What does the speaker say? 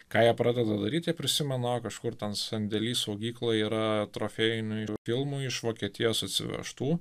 ką jie pradeda daryt jie prisimena kažkur ten sandėly saugykloj yra trofėjinių filmų iš vokietijos atsivežtų